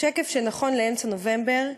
השקף נכון לאמצע נובמבר,